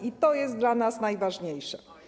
I to jest dla nas najważniejsze.